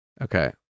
Okay